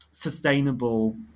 sustainable